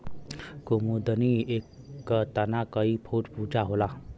कुमुदनी क तना कई फुट ऊँचा होला